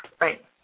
Right